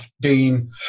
Dean